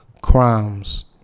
Crimes